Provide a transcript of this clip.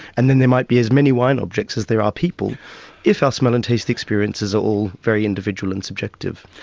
and then there might be as many wine objects as there are people if our smell and taste experiences are all very individual and subjective.